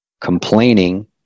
complaining